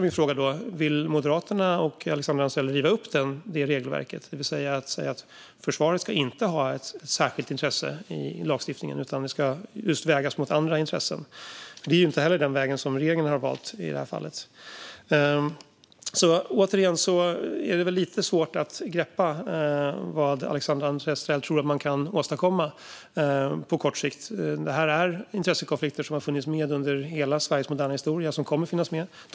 Min fråga är: Vill Moderaterna och Alexandra Anstrell riva upp detta regelverk, alltså att säga att försvaret inte ska ha ett särskilt intresse i lagstiftningen utan ska vägas mot andra intressen? Inte heller detta är den väg som regeringen har valt i det här fallet. Återigen: Det är lite svårt att greppa vad Alexandra Anstrell tror att man kan åstadkomma på kort sikt. Det här är intressekonflikter som har funnits med under hela Sveriges moderna historia och som kommer att fortsätta att finnas med.